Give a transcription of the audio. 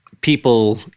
people